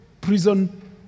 prison